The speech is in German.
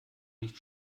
nicht